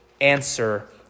Answer